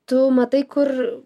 tu matai kur